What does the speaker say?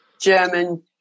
German